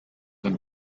and